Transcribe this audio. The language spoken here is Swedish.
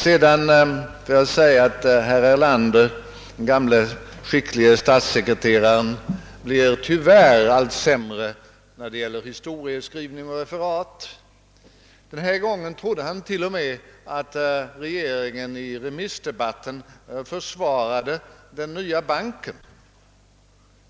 Sedan vill jag säga att herr Erlander, den gamle skicklige statssekreteraren, blir tyvärr allt sämre när det gäller historieskrivning och referat. Denna gång trodde han t. o, m. att regeringen i remissdebatten försvarade den nya banken.